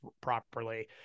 properly